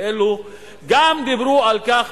גם דיברו על כך,